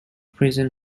prison